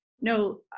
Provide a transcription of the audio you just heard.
no